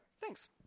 Thanks